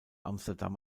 amsterdam